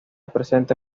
presente